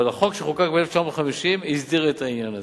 אבל החוק שחוקק ב-1950 הסדיר את העניין הזה.